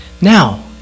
Now